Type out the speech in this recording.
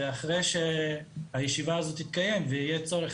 אחרי שהישיבה הזאת תתקיים ויהיה צורך